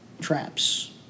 traps